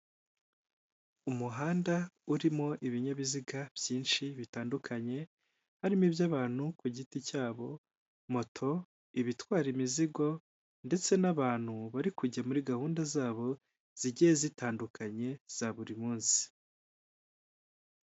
Umuhanda urimo ibinyabiziga byinshi bitandukanye, harimo iby'abantu ku giti cyabo, moto, ibitwara imizigo ndetse n'abantu bari kujya muri gahunda zabo zigiye zitandukanye za buri munsi.